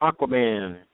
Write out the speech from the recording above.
Aquaman